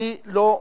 אני לא מצביע.